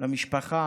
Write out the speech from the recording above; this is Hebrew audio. למשפחה,